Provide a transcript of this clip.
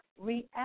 react